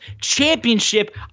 championship